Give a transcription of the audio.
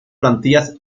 plantillas